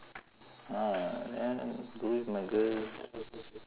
ah then go with my girl